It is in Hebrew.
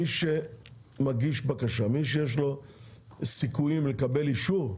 מי שמגיש בקשה, מי שיש לו סיכויים לקבל אישור,